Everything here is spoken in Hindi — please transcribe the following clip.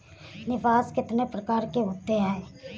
निवेश कितनी प्रकार के होते हैं?